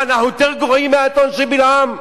מה, אנחנו יותר גרועים מהאתון של בלעם?